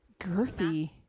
girthy